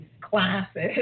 classes